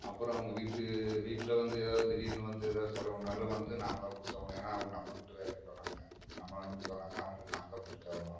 அப்புறம் அவங்க வீட்டு வீட்டில் வந்து ஏதாவது திடீர்னு வந்து ஏதாவது செலவுன்னாலும் வந்து நாம் தான் குடுத்தாகணும் ஏன்னா அவங்க நம்ம கிட்டே வேலைக்கு வர்றாங்க நம்மளை நம்பி வர்றாங்க அவங்களுக்கு நாம் தான் குடுத்தாகணும்